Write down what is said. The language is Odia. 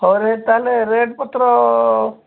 ହଉ ରେଟ୍ ତାହାଲେ ରେଟ୍ ପତ୍ର